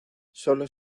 sólo